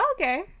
Okay